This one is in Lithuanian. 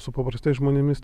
su paprastais žmonėmis